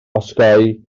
osgoi